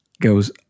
goes